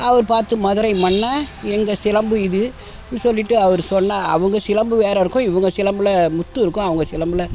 அவர் பார்த்து மதுரை மன்னன் எங்கள் சிலம்பு இது னு சொல்லிட்டு அவர் சொன்ன அவங்க சிலம்பு வேற இருக்கும் இவங்க சிலம்பில் முத்து இருக்கும் அவங்க சிலம்பில்